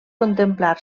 contemplar